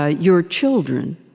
ah your children,